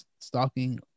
stalking